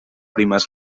primes